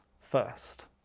first